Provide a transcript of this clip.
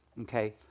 okay